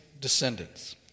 descendants